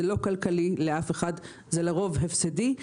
זה לא כלכלי לאף אחד, זה לרוב הפסדי.